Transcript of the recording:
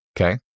Okay